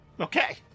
Okay